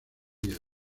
días